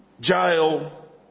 jail